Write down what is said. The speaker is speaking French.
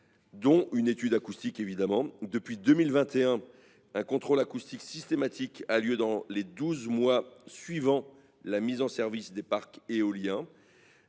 une étude acoustique. Depuis 2021, un contrôle acoustique systématique a lieu dans les douze mois suivant la mise en service des parcs éoliens.